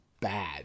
bad